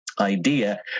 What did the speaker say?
idea